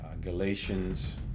Galatians